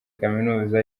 kaminuza